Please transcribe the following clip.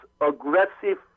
aggressive